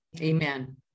Amen